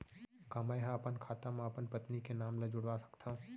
का मैं ह अपन खाता म अपन पत्नी के नाम ला जुड़वा सकथव?